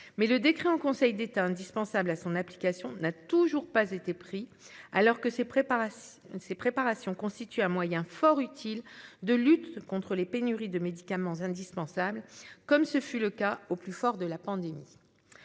mais le décret en Conseil d'État indispensables à son application n'a toujours pas été pris alors que ces préparations. Ces préparations constitue un moyen fort utile de lutte contre les pénuries de médicaments indispensables, comme ce fut le cas au plus fort de la pandémie.